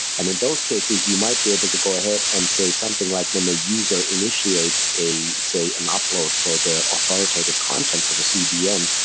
and in those cases you might be able to go ahead and say something like when a user initiates, say, an upload for the authoritative content for the cdn,